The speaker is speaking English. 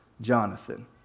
Jonathan